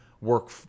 work